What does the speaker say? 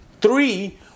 three